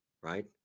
right